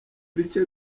bice